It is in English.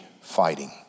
fighting